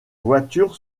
voitures